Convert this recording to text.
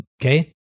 okay